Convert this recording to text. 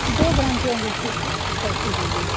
दो ग्राम की अंगूठी कैसी होगी